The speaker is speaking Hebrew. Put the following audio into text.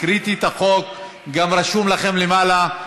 הקראתי את החוק, גם רשום לכם למעלה.